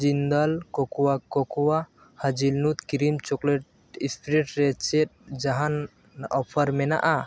Jindal cocoa cocoa hazelnut cream chocolate spreads ᱨᱮ ᱪᱮᱫ ᱡᱟᱦᱟᱱ ᱚᱯᱷᱟᱨ ᱢᱮᱱᱟᱜᱼᱟ